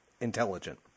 intelligent